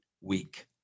week